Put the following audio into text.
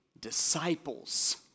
disciples